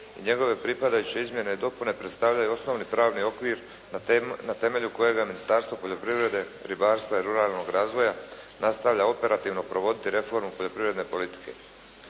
i njegove pripadajuće izmjene i dopune predstavljaju osnovni pravni okvir na temelju kojega Ministarstvo poljoprivrede, ribarstva i ruralnog razvoja nastavlja operativno provoditi reformu poljoprivredne politike.